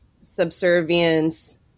subservience